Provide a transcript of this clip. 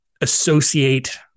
associate